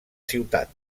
ciutat